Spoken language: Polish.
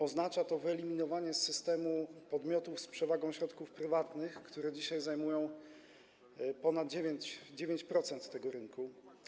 Oznacza to wyeliminowanie z systemu podmiotów z przewagą środków prywatnych, które dzisiaj zajmują ponad 9% tego rynku.